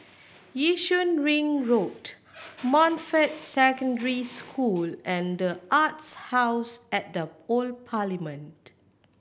Yishun Ring Road Montfort Secondary School and The Arts House at the Old Parliament